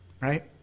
Right